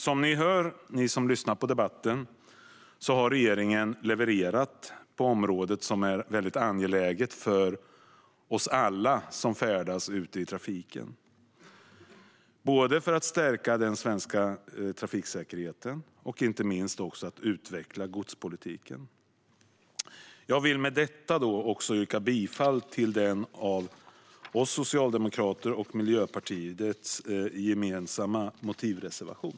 Som ni som lyssnar på debatten hör har regeringen levererat på området, vilket är väldigt angeläget för alla oss som färdas ute i trafiken, både för att stärka den svenska trafiksäkerheten och inte minst för att utveckla godspolitiken. Jag vill med detta också yrka bifall till den gemensamma motivreservationen från oss socialdemokrater och Miljöpartiet.